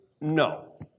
no